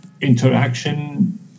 interaction